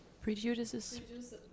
Prejudices